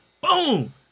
Boom